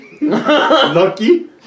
Lucky